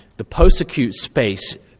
the post acute space